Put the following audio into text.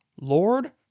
Lord